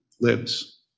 lives